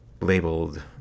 labeled